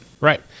Right